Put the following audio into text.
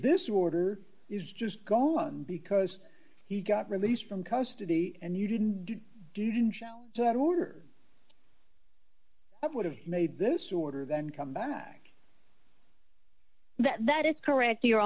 this order is just gone because he got released from custody and you didn't do you can show that order would have made this order then come back that that is correct your